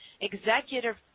Executive